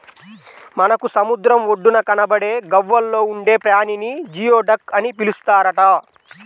మనకు సముద్రం ఒడ్డున కనబడే గవ్వల్లో ఉండే ప్రాణిని జియోడక్ అని పిలుస్తారట